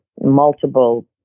multiple